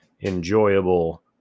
enjoyable